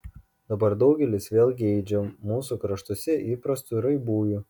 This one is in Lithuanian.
dabar daugelis vėl geidžia mūsų kraštuose įprastų raibųjų